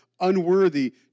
unworthy